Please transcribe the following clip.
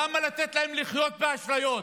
למה לתת להם לחיות באשליות?